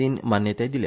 सीन मान्यताय दिल्या